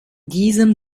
diesem